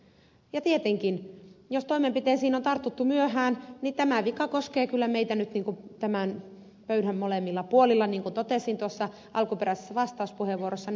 ja tietenkin jos toimenpiteisiin on tartuttu myöhään tämä vika koskee kyllä meitä nyt tämän pöydän molemmilla puolilla niin kuin totesin tuossa alkuperäisessä vastauspuheenvuorossani